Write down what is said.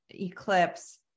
eclipse